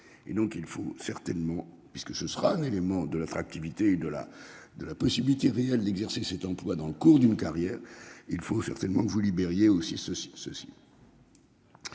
Et donc il faut certainement, puisque ce sera un élément de l'attractivité de la, de la possibilité réelle d'exercer cet emploi dans le cours d'une carrière. Il faut certainement que vous libérer aussi ce